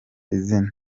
izina